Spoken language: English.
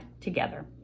together